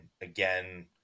again